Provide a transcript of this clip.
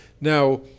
Now